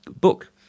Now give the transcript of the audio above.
book